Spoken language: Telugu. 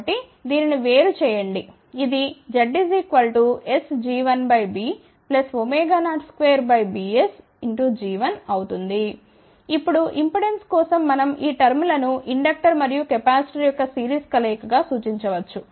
కాబట్టి దీనిని వేరు చేయండి ఇది Zsg1B02Bsg1అవుతుంది ఇప్పుడు ఇంపెడెన్స్ కోసం మనం ఈ టర్మ్ లను ఇండక్టర్ మరియు కెపాసిటర్ యొక్క సిరీస్ కలయిక గా సూచించవచ్చు